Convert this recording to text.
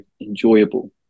enjoyable